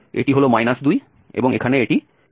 এটি হল 2 এবং এখানে এখানে এটি 1